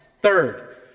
Third